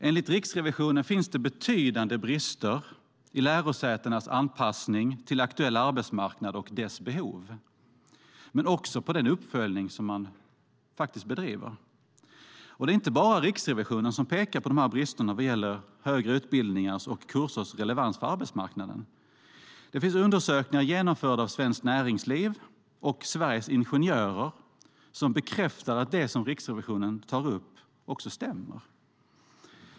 Enligt Riksrevisionen finns det betydande brister i lärosätenas anpassning till aktuell arbetsmarknad och dess behov men också i den uppföljning man bedriver. Det är dock inte bara Riksrevisionen som pekar på brister vad gäller högre utbildningars och kursers relevans för arbetsmarknaden. Undersökningar genomförda av Svenskt Näringsliv och Sveriges Ingenjörer bekräftar att det som Riksrevisionen tar upp stämmer.